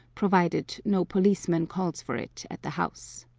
provided no policeman calls for it at the house.